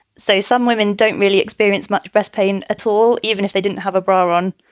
so some women don't really experience much breast pain at all, even if they didn't have a bra on.